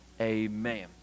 Amen